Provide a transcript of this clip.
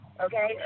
Okay